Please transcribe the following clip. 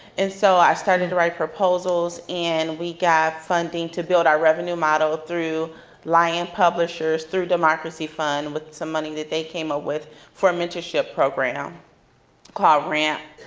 and so i started to write proposals, and we got funding to build our revenue model through lion publishers through democracy fund with some money that they came up ah with for a mentorship program called ramp.